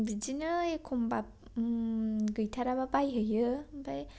बिदिनो एखनबा गैथाराबा बायहैयो ओमफ्राय